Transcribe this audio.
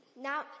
Now